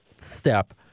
Step